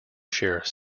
share